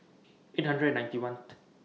eight hundred and ninety one